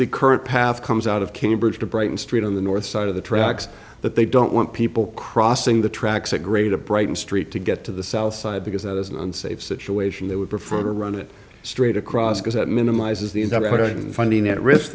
the current path comes out of cambridge to brighton street on the north side of the tracks but they don't want people crossing the tracks a great upright in street to get to the south side because that is an unsafe situation they would prefer to run it straight across because it minimizes the end of it and finding at risk